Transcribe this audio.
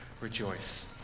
rejoice